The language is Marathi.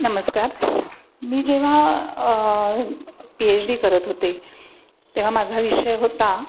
नमस्कार मी जेव्हा पी एच डी करत होते तेव्हा माझा विषय होता